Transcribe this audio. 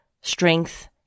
strength